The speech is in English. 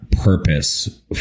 purpose